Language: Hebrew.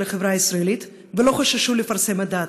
החברה הישראלית ולא חששו לפרסם את דעתם.